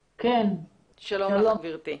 שלום לך גברתי.